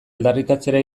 aldarrikatzera